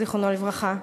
זיכרונו לברכה,